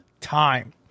time